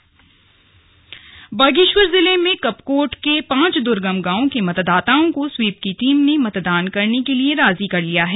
मतदाताओं को मनाया बागेश्वर जिले में कपकोट के पांच दुर्गम गांवों के मतदाताओं को स्वीप की टीम ने मतदान करने के लिए राजी कर लिया है